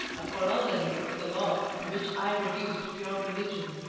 a corollary of the law to which i reduced pure religion,